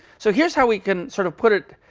so here's how we can sort of put it